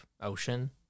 ocean